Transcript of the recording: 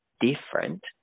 different